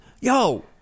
yo